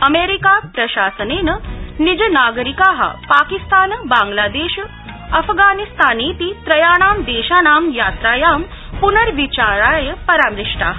America प्रशासनेन निज नागरिका पाकिस्तान बांग्लादेश अफगानिस्तानेति त्रयाणां देशानां यात्रायाम् पुनर्विचाराय परामृष्टा